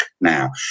now